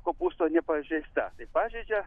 kopūsto nepažeista pažeidžia